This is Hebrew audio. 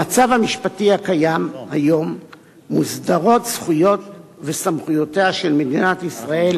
במצב המשפטי הקיים היום מוסדרות זכויות וסמכויותיה של מדינת ישראל